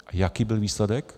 A jaký byl výsledek?